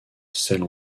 celle